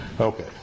Okay